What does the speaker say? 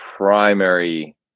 Primary